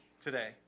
today